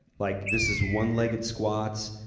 like this is one legged squats.